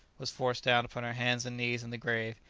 was forced down upon her hands and knees in the grave,